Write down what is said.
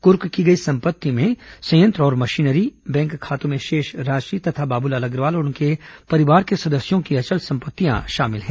कुर्क की गई संपत्ति में संयंत्र और मशीनरी बैंक खातों में शेष राशि तथा बाबूलाल अग्रवाल और उनके परिवार के सदस्यों की अचल संपत्तियां शामिल हैं